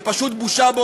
זה פשוט בושה,